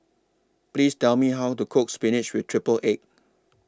Please Tell Me How to Cook Spinach with Triple Egg